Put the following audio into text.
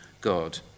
God